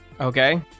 Okay